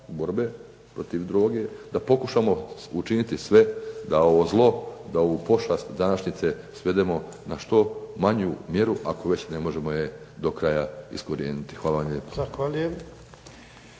da pokušamo učiniti sve da ovo zlo, da ovu pošast današnjice svedemo na što manju mjeru, ako već ne možemo je do kraja iskorijeniti. Hvala lijepo.